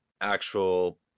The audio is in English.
actual